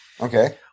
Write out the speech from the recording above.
Okay